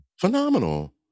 phenomenal